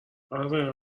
اره